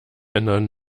ändern